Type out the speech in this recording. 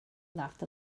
laughed